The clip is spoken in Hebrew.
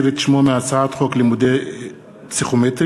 את שמו מהצעת חוק לימודי פסיכומטרי,